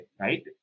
right